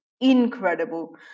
incredible